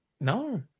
No